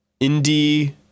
indie